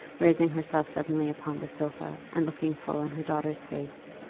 raising herself suddenly upon the sofa, and looking full in her daughter's face.